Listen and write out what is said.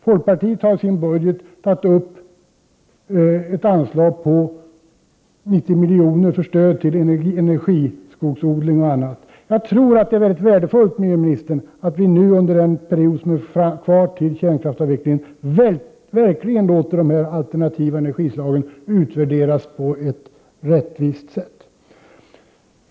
Folkpartiet har i sin budget fört upp ett anslag om 90 miljoner till stöd för bl.a. energiskogsodling. Jag tror, miljöministern, att det är mycket värdefullt att vi under den period som återstår fram till kärnkraftsavvecklingen verkligen låter utvärdera de alternativa energislagen på ett rättvist sätt.